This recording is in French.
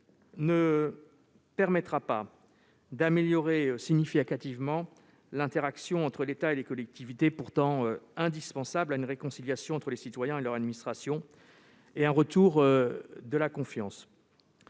ne permettra pas d'améliorer significativement les interactions entre l'État et les collectivités, une telle amélioration étant pourtant indispensable à une réconciliation entre les citoyens et leur administration et à un retour de la confiance.